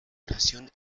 oración